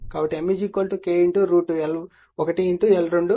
కాబట్టి M KL1L2 అవుతుంది